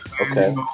Okay